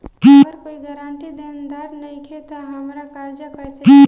अगर कोई गारंटी देनदार नईखे त हमरा कर्जा कैसे मिली?